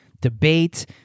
debate